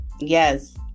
Yes